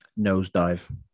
nosedive